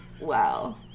wow